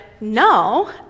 no